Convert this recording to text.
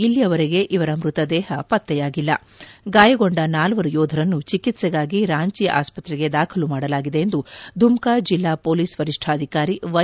ಇಲ್ಲಿಯವರೆಗೆ ಇವರ ಮೃತದೇಹ ಪತ್ತೆಯಾಗಿಲ್ಲ ಗಾಯಗೊಂಡ ನಾಲ್ವರು ಯೋಧರನ್ನು ಚಿಕಿತ್ಸೆಗಾಗಿ ರಾಂಚಿ ಆಸ್ವತ್ರೆಗೆ ದಾಖಲು ಮಾಡಲಾಗಿದೆ ಎಂದು ದುಮ್ಕಾ ಜಿಲ್ಲಾ ಪೊಲೀಸ್ ವರಿಷ್ಠಾಧಿಕಾರಿ ವೈ